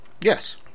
Yes